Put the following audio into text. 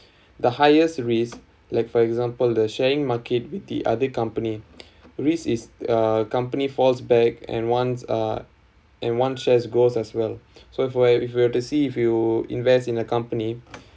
the highest risk like for example the sharing market with the other company risk is uh company falls back and once uh and once shares growth as well so if we're if we're to see if you invest in a company